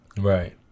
Right